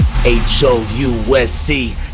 H-O-U-S-C